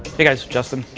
hey guys, justin,